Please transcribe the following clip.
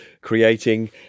creating